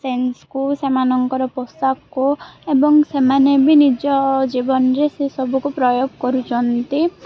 ସେନ୍ସକୁ ସେମାନଙ୍କର ପୋଷାକକୁ ଏବଂ ସେମାନେ ବି ନିଜ ଜୀବନରେ ସେସବୁକୁ ପ୍ରୟୋଗ କରୁଛନ୍ତି